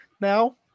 now